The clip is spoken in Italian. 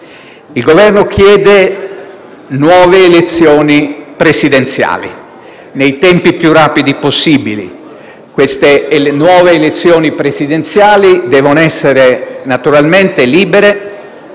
Il Governo chiede nuove elezioni presidenziali nei tempi più rapidi possibili. Queste nuove elezioni presidenziali devono essere naturalmente libere,